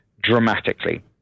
Dramatically